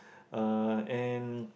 uh and